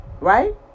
Right